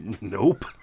nope